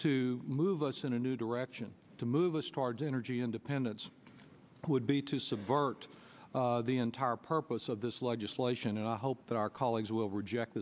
to move us in a new direction to move us towards energy independence would be to subvert the entire purpose of this legislation and i hope that our colleagues will reject